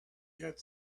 get